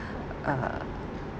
uh